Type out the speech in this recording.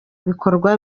bikorwa